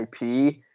IP